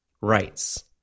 rights